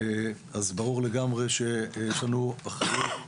ברור לגמרי שיש לנו אחריות